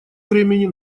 времени